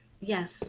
Yes